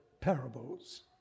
parables